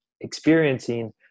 experiencing